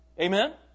Amen